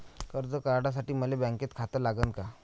कर्ज काढासाठी मले बँकेत खातं लागन का?